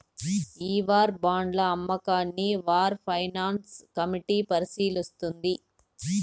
ఈ వార్ బాండ్ల అమ్మకాన్ని వార్ ఫైనాన్స్ కమిటీ పరిశీలిస్తుంది